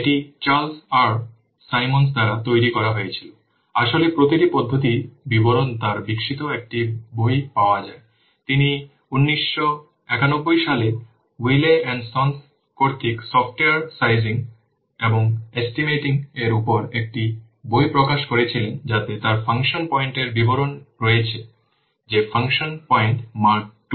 এটি Charles R Symons দ্বারা তৈরি করা হয়েছিল আসলে প্রতিটি পদ্ধতির বিবরণ তার বিকশিত একটি বইতে পাওয়া যায় তিনি 1991 সালে Wiley and Sons কর্তৃক সফ্টওয়্যার সাইজিং এবং এস্টিমেটিং এর উপর একটি বই প্রকাশ করেছিলেন যাতে তার ফাংশন পয়েন্টের বিবরণ রয়েছে যে ফাংশন পয়েন্ট Mark II